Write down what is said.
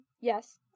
yes